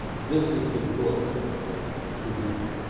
this is the book to read.